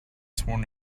sworn